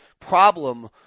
problem